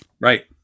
Right